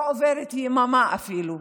לא עוברת יממה אפילו,